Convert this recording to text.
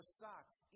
socks